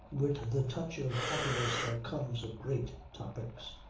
with the touch of haughtiness that comes of great topics,